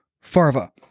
Farva